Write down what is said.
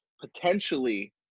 potentially